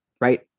right